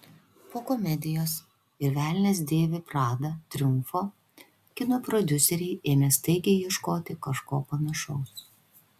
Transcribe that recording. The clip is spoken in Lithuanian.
po komedijos ir velnias dėvi pradą triumfo kino prodiuseriai ėmė staigiai ieškoti kažko panašaus